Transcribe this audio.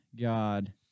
God